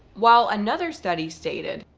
while another study stated,